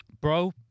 bro